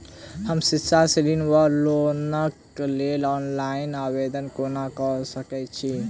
हम शिक्षा ऋण वा लोनक लेल ऑनलाइन आवेदन कोना कऽ सकैत छी?